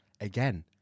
again